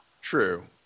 True